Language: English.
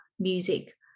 music